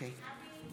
חברי הכנסת,